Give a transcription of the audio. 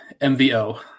MVO